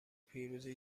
پیروزی